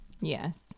yes